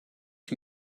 ich